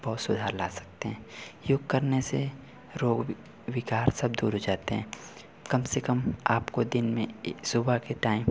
बहुत सुधार ला सकते हैं योग करने से रोग वि विकार सब दूर हो जाते हैं कम से कम आपको दिन में एक सुबह के टाइम